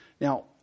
Now